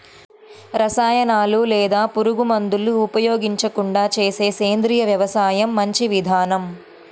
రసాయనాలు లేదా పురుగుమందులు ఉపయోగించకుండా చేసే సేంద్రియ వ్యవసాయం మంచి విధానం